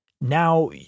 now